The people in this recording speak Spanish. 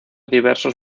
diversos